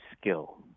skill